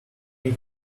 eat